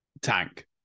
tank